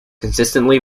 consistently